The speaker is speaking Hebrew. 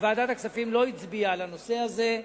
ועדת הכספים לא הצביעה על הנושא הזה.